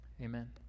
amen